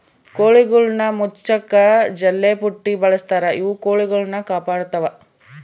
ಕೋಳಿಗುಳ್ನ ಮುಚ್ಚಕ ಜಲ್ಲೆಪುಟ್ಟಿ ಬಳಸ್ತಾರ ಇವು ಕೊಳಿಗುಳ್ನ ಕಾಪಾಡತ್ವ